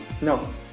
No